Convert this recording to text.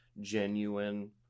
genuine